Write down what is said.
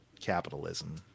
Capitalism